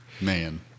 Man